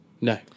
No